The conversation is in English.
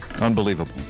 Unbelievable